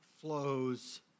flows